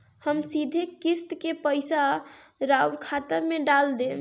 हम सीधे किस्त के पइसा राउर खाता में डाल देम?